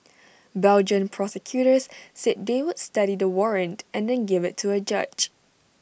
Belgian prosecutors said they would study the warrant and then give IT to A judge